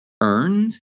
earned